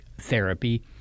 therapy